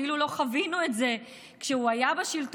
כאילו לא חווינו את זה כשהוא היה בשלטון,